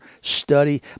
study